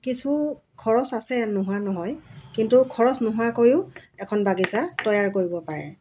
কিছু খৰচ আছে নোহোৱা নহয় কিন্তু খৰচ নোহোৱাকৈও এখন বাগিচা তৈয়াৰ কৰিব পাৰে